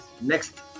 next